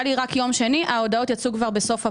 ההודעות יצאו בסוף אפריל,